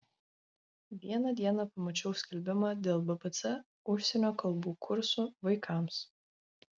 vieną dieną pamačiau skelbimą dėl bbc užsienio kalbų kursų vaikams